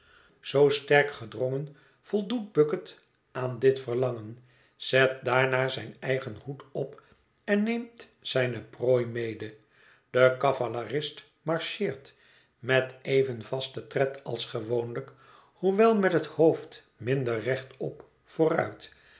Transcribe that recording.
zoo sterk gedrongen voldoet bucket aan dit verlangen zet daarna zijn eigen hoed op en neemt zijne prooi mede de cavalerist marcheert met even vasten tred als gewoonlijk hoewel met het hoofd minder rechtop vooruit